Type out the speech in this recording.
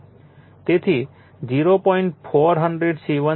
તેથી 0